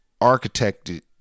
architected